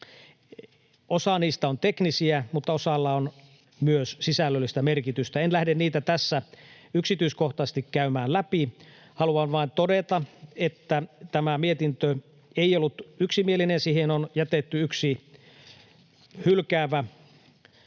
Osa niistä on teknisiä, mutta osalla on myös sisällöllistä merkitystä. En lähde niitä tässä yksityiskohtaisesti käymään läpi. Haluan vain todeta, että tämä mietintö ei ollut yksimielinen. Siihen on jätetty yksi hylkäävä